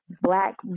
black